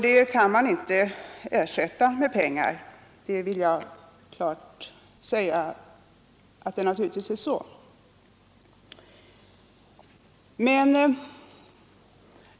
Det kan man inte ersätta med pengar — jag vill klart säga detta.